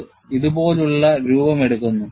ഇത് ഇതുപോലുള്ള രൂപമെടുക്കുന്നു